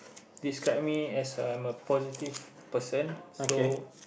describe me as I'm a positive person so